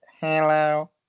Hello